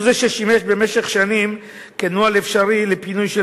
הוא זה ששימש במשך שנים כנוהל אפשרי לפינוי של